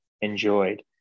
enjoyed